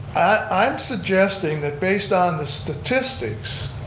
i'm suggesting that based on the statistics,